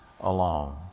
alone